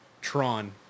Tron